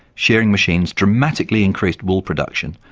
shearing machines dramatically increased wool production,